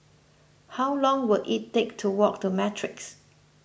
how long will it take to walk to Matrix